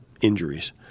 injuries